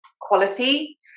quality